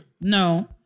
No